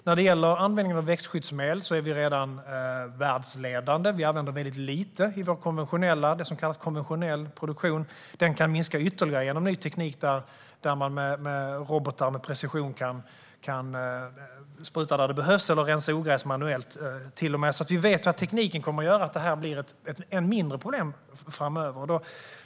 När det gäller användningen av växtskyddsmedel är vi redan världsledande - vi använder väldigt lite i det som kallas konventionell produktion. Det kan minska ytterligare genom ny teknik. Robotar kan med precision spruta där det behövs eller till och med rensa ogräs manuellt. Vi vet alltså att tekniken kommer att göra att det här blir ett ännu mindre problem framöver.